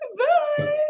bye